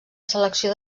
selecció